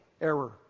error